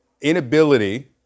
inability